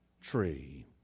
tree